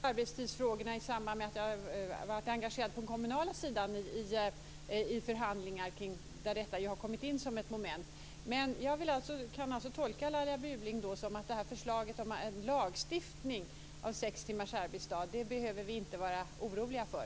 Fru talman! Jag har följt arbetstidsfrågan i samband med att jag varit engagerad på den kommunala sidan i förhandlingar där detta kommit in som ett moment. Jag kan tydligen tolka Laila Bjurling så att förslaget om lagstiftning om sex timmars arbetsdag är något som vi inte behöver vara oroliga för.